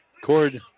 Cord